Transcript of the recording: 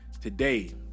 Today